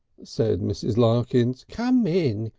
said mrs. larkins, come in!